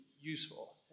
useful